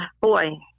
boy